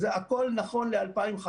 זה הכול נכון ל-2015.